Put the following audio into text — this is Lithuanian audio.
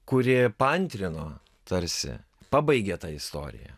kuri paantrino tarsi pabaigė tą istoriją